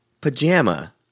pajama